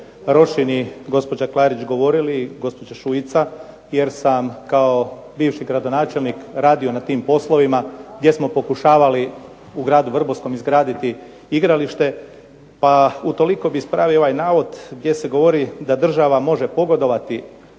Rošin i gospođa Klarić govorili i gospođa Šuica jer sam kao bivši gradonačelnik radio na tim poslovima gdje smo pokušavali u gradu Vrbovskom izgraditi igralište, pa utoliko bih ispravio ovaj navoda gdje se govori da država može pogodovati.